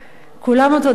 כולם אותו דבר.